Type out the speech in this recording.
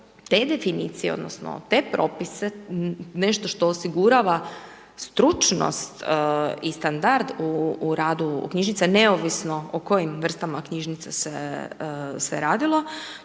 te definicije, odnosno, te propise nešto što osigurava stručnost i standard u radu knjižnice, neovisno o kojim vrstama knjižnica se radilo.